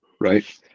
right